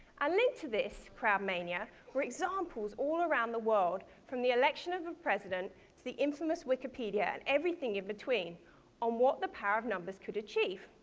and linked to this crowd mania were examples all around the world from the election of a president to the infamous wikipedia, and everything in between on what the power of numbers could achieve.